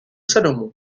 salomon